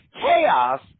chaos